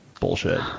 bullshit